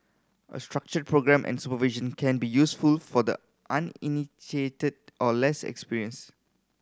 a structured programme and supervision can be useful for the uninitiated or less experienced